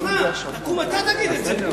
שלך: תקום אתה תגיד את זה,